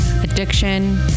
addiction